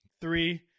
Three